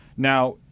Now